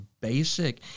basic